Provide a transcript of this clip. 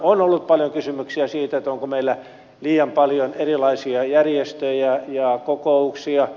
on ollut paljon kysymyksiä siitä onko meillä liian paljon erilaisia järjestöjä ja kokouksia